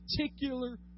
particular